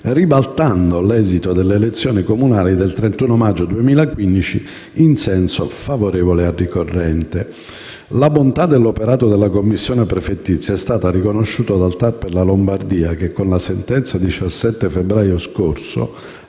ribaltando l'esito delle elezioni comunali del 31 maggio 2015 in senso favorevole al ricorrente. La bontà dell'operato della commissione prefettizia è stata riconosciuta dal TAR per la Lombardia che, con sentenza del 17 febbraio scorso,